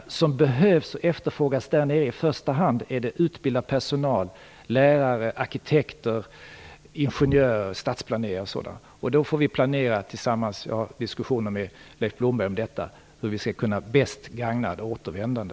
Det som behövs och efterfrågas där nere i första hand är utbildad personal - lärare, arkitekter, ingenjörer, stadsplanerare. Då får vi planera tillsammans. Jag har diskussioner med Leif Blomberg om hur vi bäst skall kunna gagna ett återvändande.